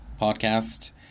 podcast